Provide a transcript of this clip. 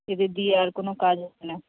এদের দিয়ে আর কোনো কাজ হবে না